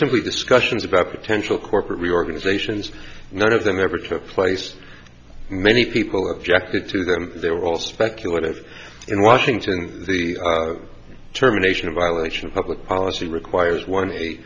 simply discussions about potential corporate reorganizations none of them ever took place many people objected to them they were all speculative in washington the terminations violation of public policy requires one a